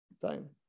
time